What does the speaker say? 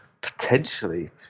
Potentially